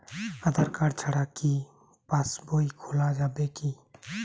আধার card ছাড়া কি passbook খোলা যাবে কি?